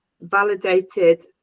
validated